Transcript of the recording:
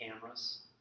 cameras